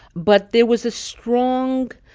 but there was a strong,